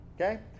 okay